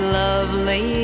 lovely